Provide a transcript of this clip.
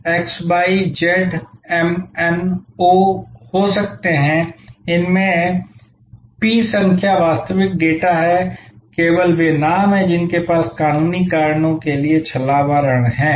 तो x y z m n o हो सकते हैं इनमें से पी संख्या वास्तविक डेटा हैं केवल वे नाम हैं जिनके पास कानूनी कारणों के लिए छलावरण है